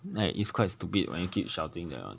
like it's quite stupid when you keep shouting that one